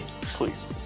please